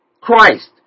Christ